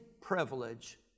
privilege